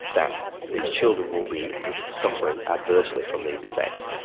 that these children will be suffering adversely from these effects.